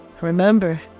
Remember